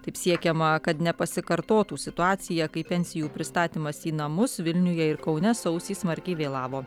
taip siekiama kad nepasikartotų situacija kai pensijų pristatymas į namus vilniuje ir kaune sausį smarkiai vėlavo